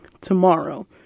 tomorrow